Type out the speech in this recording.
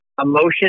emotion